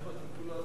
כץ.